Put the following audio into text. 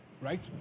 right